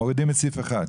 מורידים את סעיף (1).